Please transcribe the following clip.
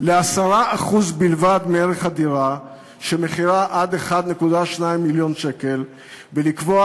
ל-10% בלבד מערך דירה שמחירה עד 1.2 מיליון שקל ולקבוע